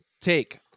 Take